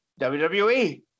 WWE